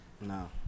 No